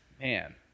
man